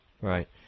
Right